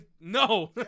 No